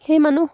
সেই মানুহ